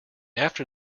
after